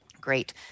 Great